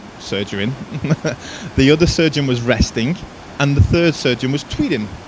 surgering the other surgeon was resting and the third surgeon was tweeting.